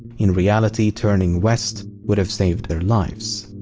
in reality, turning west would've saved their lives.